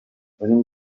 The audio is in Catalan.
venim